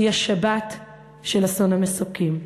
שהיא השבת של אסון המסוקים,